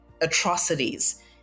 atrocities